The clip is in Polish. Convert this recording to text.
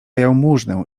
jałmużnę